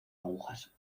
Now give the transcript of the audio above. agujas